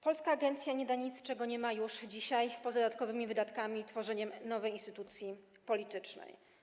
Polska agencja nie da niczego, czego nie byłoby już dzisiaj, poza dodatkowymi wydatkami i tworzeniem nowej instytucji politycznej.